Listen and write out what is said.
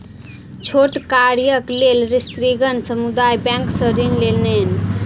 छोट कार्यक लेल स्त्रीगण समुदाय बैंक सॅ ऋण लेलैन